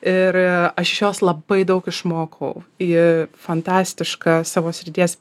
ir aš jos labai daug išmokau ji fantastiška savo srities